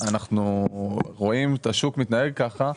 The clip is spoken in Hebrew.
אנחנו רואים את השוק מתנהג כך.